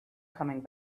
coming